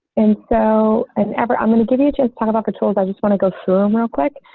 and so an average. i'm going to give you just kind of awkward tools. i just want to go through them real quick.